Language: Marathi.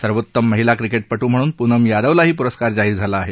सर्वोत्तम महिला क्रिकेटपटू म्हणून पूनम यादवलाही पुरस्कार जाहीर झाला आहे